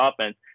offense